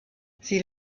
sie